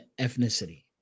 ethnicity